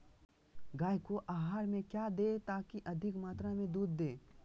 गाय को आहार में क्या दे ताकि अधिक मात्रा मे दूध दे?